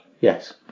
Yes